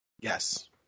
Yes